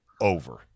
over